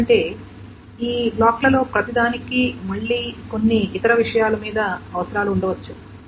ఎందుకంటే ఈ బ్లాక్లలో ప్రతిదానికి మళ్లీ కొన్ని ఇతర విషయాల మీద అవసరాలు ఉండవచ్చు